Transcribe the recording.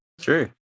True